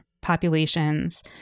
populations